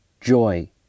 joy